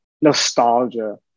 nostalgia